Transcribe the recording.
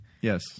Yes